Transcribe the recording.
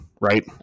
right